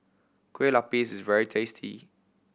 Kueh Lupis is very tasty